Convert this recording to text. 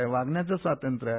मला वागण्याचं स्वातंत्र आहे